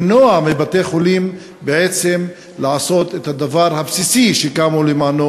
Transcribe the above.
למנוע מבתי-חולים בעצם לעשות את הדבר הבסיסי שהם קמו למענו,